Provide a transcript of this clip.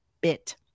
bit